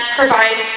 provide